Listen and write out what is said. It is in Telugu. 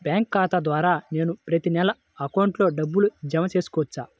బ్యాంకు ఖాతా ద్వారా నేను ప్రతి నెల అకౌంట్లో డబ్బులు జమ చేసుకోవచ్చా?